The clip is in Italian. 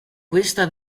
questa